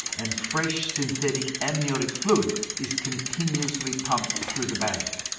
and fresh synthetic amniotic fluid is continuously pumped through the bag.